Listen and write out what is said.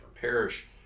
parish